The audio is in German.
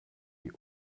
die